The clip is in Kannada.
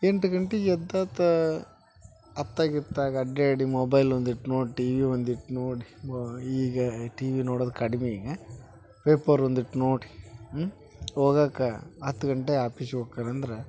ಎಂಟು ಗಂಟೆಗ್ ಎದ್ದಾತ ಅತ್ತಗೆ ಇತ್ತಾಗೆ ಅಡ್ಡಾಡಿ ಮೊಬೈಲ್ ಒಂದು ಇಷ್ಟ್ ನೋಡಿ ಟಿವಿ ಒಂದು ಇಷ್ಟ್ ನೋಡಿ ಈಗ ಟಿವಿ ನೋಡೋದು ಕಡ್ಮೆ ಈಗ ಪೇಪರ್ ಒಂದು ಇಷ್ಟ್ ನೋಡಿ ಹೋಗಾಕ ಹತ್ತು ಗಂಟೆ ಆಪೀಸಿಗೆ ಹೊಕ್ಕರಂದ್ರೆ